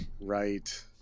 Right